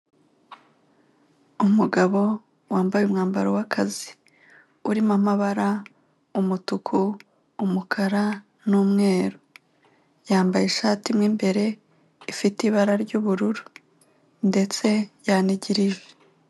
Umugabo wambaye umwambaro w'akazi. Urimo amabara: umutuku, umukara, n'umweru. Yambaye ishati mo imbere ifite ibara ry'ubururu. Ndetse yanigirije.